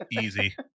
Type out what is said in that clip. Easy